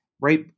right